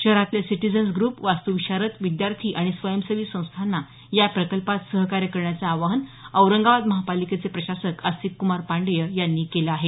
शहरातले citizens group वास्तुविशारद विद्यार्थी आणि स्वयंसेवी संस्थांना या प्रकल्पात सहकार्य करण्याचं आवाहन औरंगाबाद महापालिकेचे प्रशासक अस्तिककमार पांडे यांनी केलं आहे